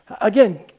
again